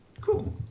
Cool